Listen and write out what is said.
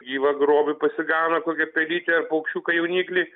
gyvą grobį pasigauna kokią pelytę ar paukščiuką jauniklį